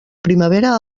primavera